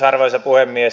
arvoisa puhemies